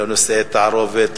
לא נישואי תערובת,